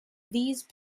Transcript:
these